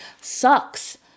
sucks